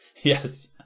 Yes